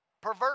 Perverse